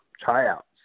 tryouts